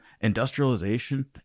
industrialization